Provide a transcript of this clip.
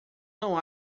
não